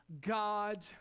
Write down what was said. God